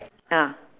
ah